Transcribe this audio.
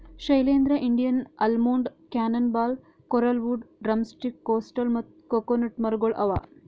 Shailendra, Indian almond, cannon ball, coral wood, drumstick, coastal ಮತ್ತ coconut ಮರಗೊಳ್ ಅವಾ